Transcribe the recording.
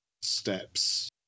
steps